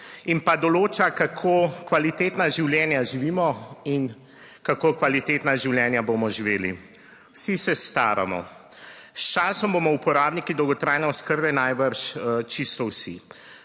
In pa določa kako kvalitetna življenja živimo in kako kvalitetna življenja bomo živeli. Vsi se staramo s časom, bomo uporabniki dolgotrajne oskrbe najbrž čisto vsi.